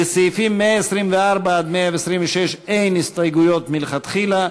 לסעיפים 124 126 אין הסתייגויות מלכתחילה,